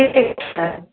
के के छै